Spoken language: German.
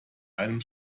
einem